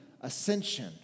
ascension